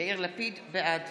בעד